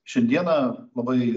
šiandieną labai